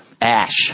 Ash